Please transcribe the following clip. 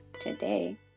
today